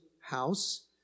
house